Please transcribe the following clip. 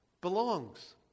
belongs